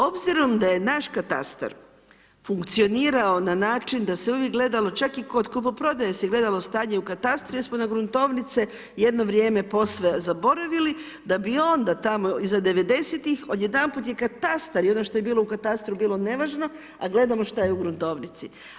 Obzirom da je naš katastar funkcionirao na način da se uvijek gledalo čak i kod kupoprodaje se gledalo stanje u katastru jer smo na gruntovnice jedno vrijeme posve zaboravili da bi onda tamo iza devedesetih odjedanput je katastar i ono što je bilo u katastru bilo nevažno, a gledano šta je u gruntovnici.